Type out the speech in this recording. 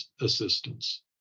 assistance